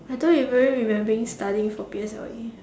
I don't even remembering studying for P_S_L_E